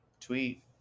tweet